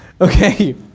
Okay